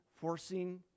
forcing